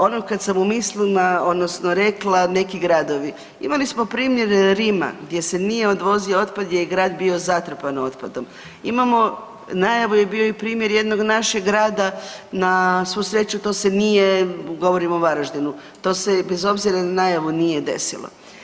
Ono kad sam u mislima odnosno rekla neki gradovi, imali smo primjere Rima gdje se nije odvozio otpad gdje je grad bio zatrpan otpadom, najavu je bio i primjer jednog našeg grada na svu sreću to se nije govorim o Varaždinu, to se bez obzira na najavu nije desilo.